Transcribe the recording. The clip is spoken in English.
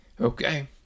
Okay